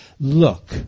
look